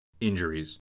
Injuries